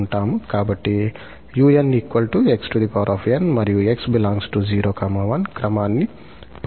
కాబట్టి 𝑢𝑛 𝑥𝑛 మరియు 𝑥 ∈ 01 క్రమాన్ని పరిగణించండి